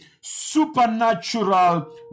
supernatural